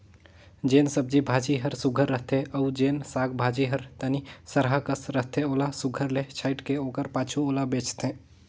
जेन सब्जी भाजी हर सुग्घर रहथे अउ जेन साग भाजी हर तनि सरहा कस रहथे ओला सुघर ले छांएट के ओकर पाछू ओला बेंचथें